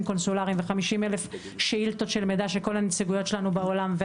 קונסולריים ו-50 אלף שאילתות של מידע של כל הנציגויות שלנו בעולם.